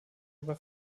über